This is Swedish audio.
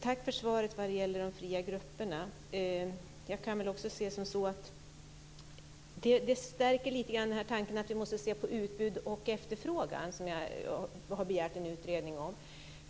Tack för svaret om de fria grupperna. Det stärker tanken att vi måste se på utbud och efterfrågan, som jag har begärt en utredning om.